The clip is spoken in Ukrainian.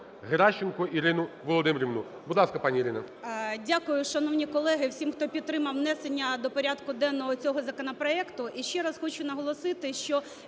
Геращенко Ірину Володимирівну. Будь ласка, пані Ірина. 10:48:06 ГЕРАЩЕНКО І.В. Дякую, шановні колеги, всім, хто підтримання внесення до порядку денного цього законопроекту і ще раз хочу наголосити, що